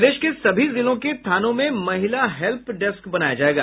प्रदेश के सभी जिलों के थानों में महिला हेल्प डेस्क बनाया जायेगा